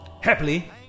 Happily